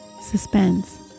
suspense